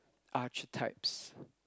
archetypes